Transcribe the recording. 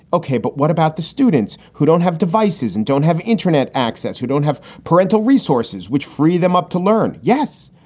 ok, but what about the students who don't have devices and don't have internet access, who don't have parental resources, which free them up to learn? yes,